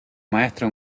maestro